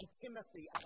Timothy